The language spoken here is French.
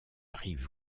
rive